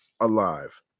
alive